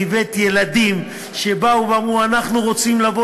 והבאת ילדים שבאו ואמרו: אנחנו רוצים לבוא